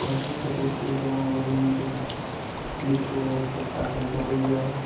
हर जगह देखिए जहाँ वही मिलेंगे मिट्ठू है तोता है गौरय्या है